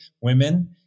women